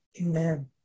Amen